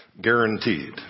guaranteed